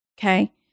okay